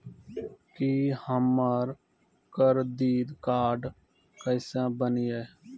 की हमर credit card केसे बनिये?